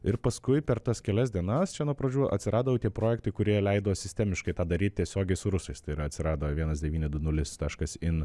ir paskui per tas kelias dienas čia nuo pradžių atsirado jau tie projektai kurie leido sistemiškai tą daryt tiesiogiai su rusais tai yra atsirado vienas devyni du nulis taškas in